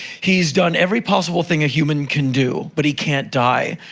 he's done every possible thing a human can do. but he can't die,